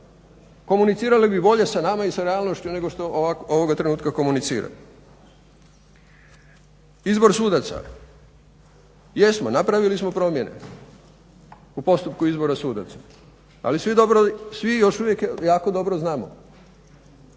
komunicirali bi bolje sa nama i sa realnošću nego što ovoga trenutka komuniciramo. Izbor sudaca. Jesmo, napravili smo promjene u postupku izbora sudaca ali svi još uvijek jako dobro znamo